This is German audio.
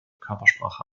körpersprache